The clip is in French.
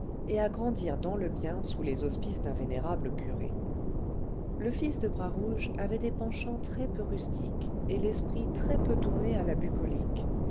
et à grandir dans le bien sous les auspices d'un vénérable curé le fils de bras rouge avait des penchants très-peu rustiques et l'esprit très-peu tourné à la bucolique